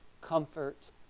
comfort